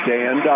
Dan